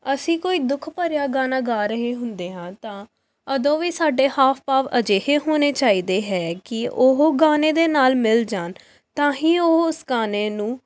ਅਸੀਂ ਕੋਈ ਦੁੱਖ ਭਰਿਆ ਗਾਣਾ ਗਾ ਰਹੇ ਹੁੰਦੇ ਹਾਂ ਤਾਂ ਉਦੋਂ ਵੀ ਸਾਡੇ ਹਾਵ ਭਾਵ ਅਜਿਹੇ ਹੋਣੇ ਚਾਹੀਦੇ ਹੈ ਕਿ ਉਹ ਗਾਣੇ ਦੇ ਨਾਲ ਮਿਲ ਜਾਣ ਤਾਂ ਹੀ ਉਹ ਉਸ ਗਾਣੇ ਨੂੰ